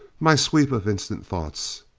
my sweep of instant thoughts.